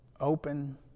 open